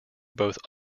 both